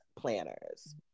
planners